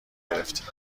گرفتیم